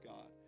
God